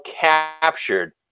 captured